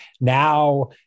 Now